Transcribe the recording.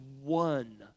one